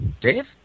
Dave